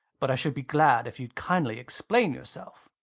but i should be glad if you'd kindly explain yourself.